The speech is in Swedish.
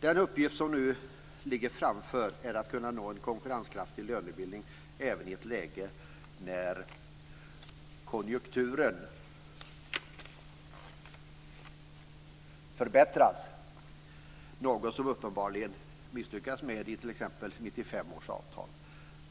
Den uppgift som nu ligger framför oss är att kunna nå en konkurrenskraftig lönebildning även i ett läge där konjunkturen förbättras, något som uppenbarligen misslyckades i 1995 års avtal.